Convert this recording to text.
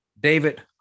David